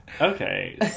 Okay